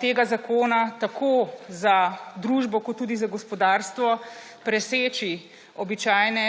tega zakona tako za družbo kot za gospodarstvo preseči običajne